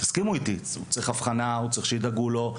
הוא צריך הבחנה, הוא צריך שידאגו לו.